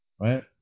Right